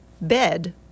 bed